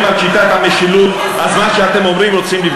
זה מה שאתם רוצים.